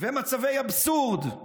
ובמצבי אבסורד.